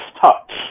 touch